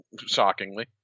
shockingly